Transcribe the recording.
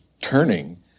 turning